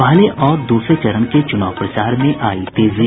पहले और दूसरे चरण के चुनाव प्रचार में आयी तेजी